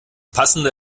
passende